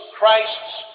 Christ's